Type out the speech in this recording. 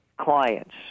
clients